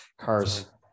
cars